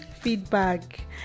feedback